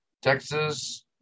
Texas